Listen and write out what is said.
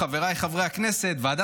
חבריי חברי הכנסת,